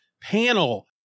panel